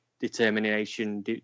determination